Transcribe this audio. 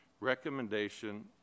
Recommendation